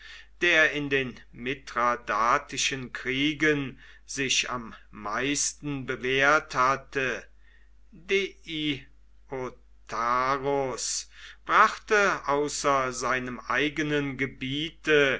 der in den mithradatischen kriegen sich am meisten bewährt hatte deiotarus brachte außer seinem eigenen gebiete